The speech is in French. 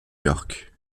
york